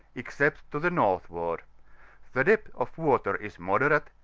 except to the northward the depth of water is moderate,